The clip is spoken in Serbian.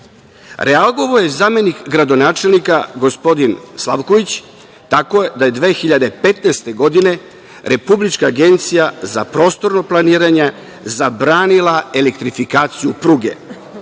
Reagovao je zamenik gradonačlenika, gospodin Savković, tako da je 2015. godine Republička agencija za prostorno planiranje zabranila elektrifikaciju